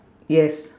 yes